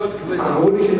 לדב, כן,